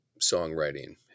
songwriting